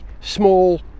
small